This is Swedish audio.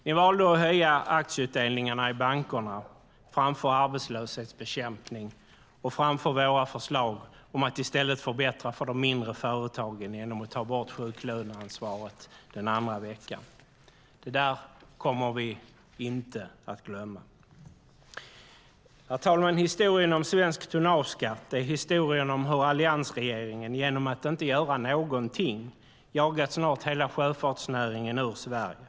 Ni valde att höja aktieutdelningarna i bankerna framför arbetslöshetsbekämpning och framför våra förslag att i stället förbättra för de mindre företagen genom att ta bort sjuklöneansvaret den andra veckan. Det kommer vi inte att glömma. Herr talman! Historien om svensk tonnageskatt är historien om hur alliansregeringen genom att inte göra någonting har jagat snart hela sjöfartsnäringen ur Sverige.